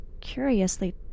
curiously